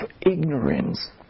ignorance